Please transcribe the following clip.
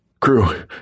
Crew